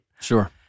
Sure